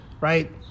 right